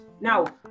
Now